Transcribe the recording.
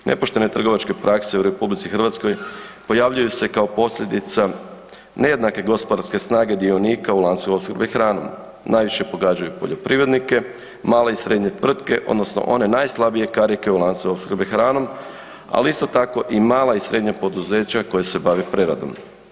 Nepoštene trgovačke prakse u RH pojavljuju se kao posljedica nejednake gospodarske snage dionika u lancu opskrbe hranom, najviše pogađaju poljoprivrednike, male i srednje tvrtke odnosno one najslabije karike u lancu opskrbe hranom ali isto tako i mala i srednja poduzeća koja se bave preradom.